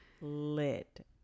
lit